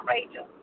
Rachel